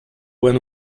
when